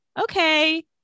okay